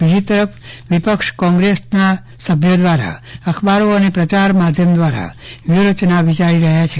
બીજી તરફ વિપક્ષી કોંગ્રેસના સભ્યો અખબારો અને પ્રચાર માધ્યમો દ્વારા વ્યૂહ રચના વિચારી રહ્યા છે